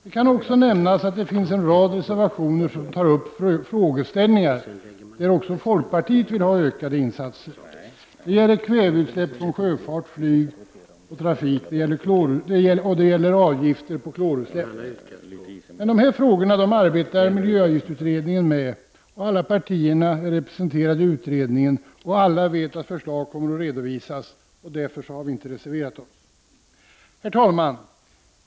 Det kan också nämnas att det finns en rad reservationer som tar upp frågeställningar där också folkpartiet vill ha ökade insatser. Det gäller kväveutsläpp från sjöfart, flyg och trafik samt avgifter på klorutsläpp. Med de frågorna arbetar miljöavgiftsutredningen. Alla partier är representerade i utredningen, och alla vet att förslag kommer att redovisas, och därför har vi i folkpartiet inte reserverat oss. Herr talman!